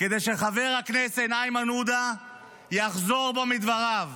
כדי שחבר הכנסת איימן עודה יחזור בו מדבריו.